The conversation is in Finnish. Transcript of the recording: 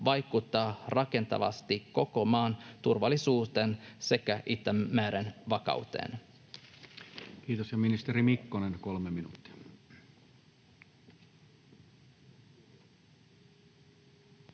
vaikuttaa rakentavasti koko maan turvallisuuteen sekä Itämeren vakauteen. Kiitos. — Ministeri Mikkonen, kolme minuuttia.